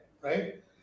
right